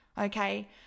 okay